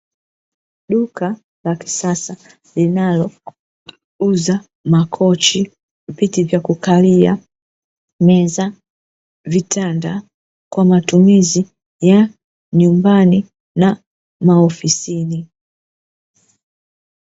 Duka la kisasa linalouza makochi, viti vya kukalia, meza, vitanda. Kwa matumizi ya kukalia nyumbani na maofisini.